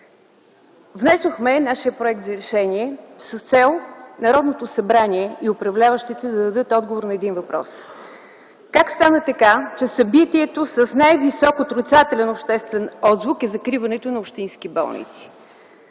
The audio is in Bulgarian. Внесохме нашия проект за решение с цел Народното събрание и управляващите да дадат отговор на един въпрос: как стана така, че събитието с най-висок отрицателен обществен отзвук е закриването на общински болници?